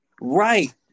right